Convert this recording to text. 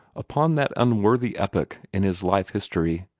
upon that unworthy epoch in his life history,